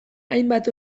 hainbat